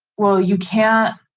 well, you can't.